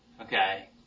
Okay